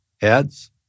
heads